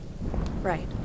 Right